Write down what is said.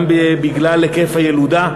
גם בגלל היקף הילודה,